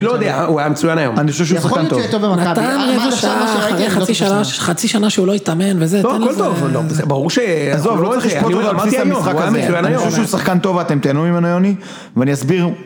לא יודע, הוא היה מצוין היום. אני חושב שהוא שחקן טוב. זה יכול להיות שהוא יהיה טוב במכבי. נתן רבע שעה אחרי חצי שנה שהוא לא התאמן וזה, תן לי את זה. לא, כל טוב, זה ברור ש... עזוב, לא צריך לשפוט על בסיס המשחק הזה. הוא היה מצוין היום. אני חושב שהוא שחקן טוב ואתם תהנו ממנו יוני, ואני אסביר